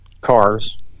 cars